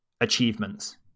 achievements